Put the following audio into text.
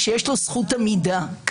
שיש לו זכות עמידה,